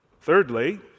Thirdly